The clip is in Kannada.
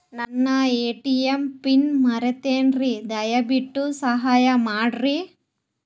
ನನ್ನ ಎ.ಟಿ.ಎಂ ಪಿನ್ ಮರೆತೇನ್ರೀ, ದಯವಿಟ್ಟು ಸಹಾಯ ಮಾಡ್ರಿ